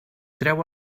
treu